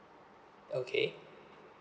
okay